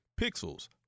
pixels